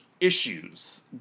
issues